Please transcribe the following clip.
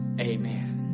Amen